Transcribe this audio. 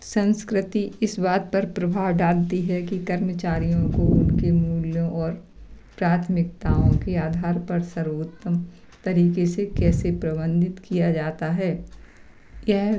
संस्कृति इस बात पर प्रभाव डालती है कि कर्मचारियों को उनके मूल्यों और प्राथमिकताओं के आधार पर सर्वोत्तम तरीक़े से कैसे प्रवंधित किया जाता है यह